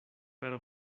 per